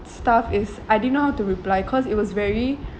stuff is I didn't know how to reply cause it was very